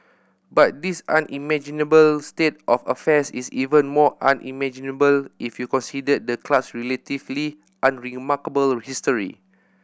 but this unimaginable state of affairs is even more unimaginable if you considered the club's relatively unremarkable history